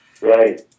Right